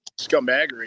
Scumbaggery